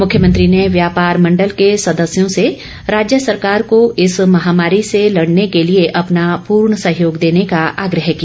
मुख्यमंत्री ने व्यापार मंडल के सदस्यों से राज्य सरकार को इस महामारी से लड़ने के लिए अपना पूर्ण सहयोग देने का आग्रह किया